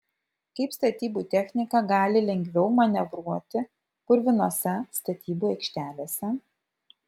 kaip statybų technika gali lengviau manevruoti purvinose statybų aikštelėse